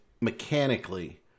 mechanically